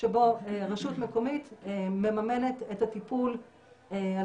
שבו רשות מקומית מממנת את הטיפול על